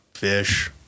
Fish